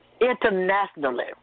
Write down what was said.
internationally